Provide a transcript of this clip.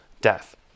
death